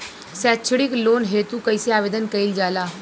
सैक्षणिक लोन हेतु कइसे आवेदन कइल जाला?